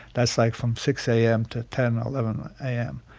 that's like from six am to ten, eleven am.